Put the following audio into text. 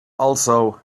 also